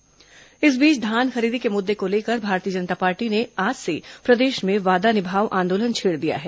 भाजपा वादा निभाओ आंदोलन इस बीच धान खरीदी के मुद्दे को लेकर भारतीय जनता पार्टी ने आज से प्रदेश में वादा निभाओ आंदोलन छेड़ दिया है